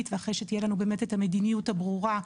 ואחרי שתהיה לנו באמת את המדיניות הברורה,